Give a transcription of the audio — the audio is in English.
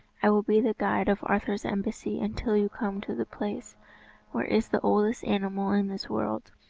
i will be the guide of arthur's embassy until you come to the place where is the oldest animal in this world,